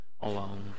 Alone